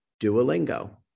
Duolingo